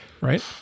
right